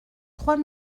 trois